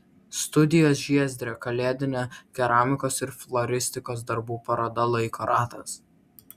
studijos žiezdrė kalėdinė keramikos ir floristikos darbų paroda laiko ratas